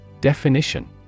Definition